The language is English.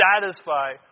satisfy